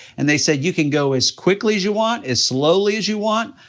and they said, you can go as quickly as you want, as slowly as you want,